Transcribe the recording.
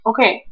Okay